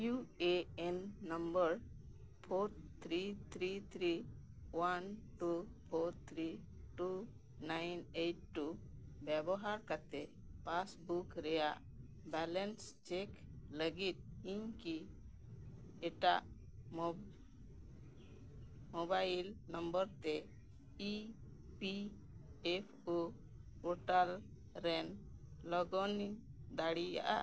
U A N number four three three three one two four three two nine eight two ᱵᱮᱵᱚᱦᱟᱨ ᱠᱟᱛᱮᱫ passbook ᱨᱮᱭᱟᱜ balance check ᱞᱟᱹᱜᱤᱫ ᱤᱧ ᱠᱤ ᱮᱴᱟᱜ ᱢᱳᱵᱟᱭᱤᱞ ᱱᱟᱢᱵᱟᱨ ᱛᱮ E P F O portal ᱨᱮᱧ ᱞᱚᱜᱤᱱ ᱤᱧ ᱫᱟᱲᱮᱭᱟᱜᱼᱟ